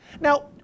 Now